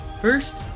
First